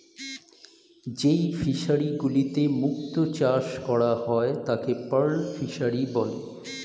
যেই ফিশারি গুলিতে মুক্ত চাষ করা হয় তাকে পার্ল ফিসারী বলে